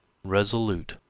resolute,